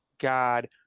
God